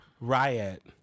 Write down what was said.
riot